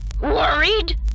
Worried